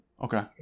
Okay